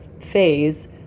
phase